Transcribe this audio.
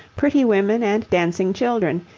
pretty women and dancing children,